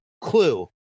clue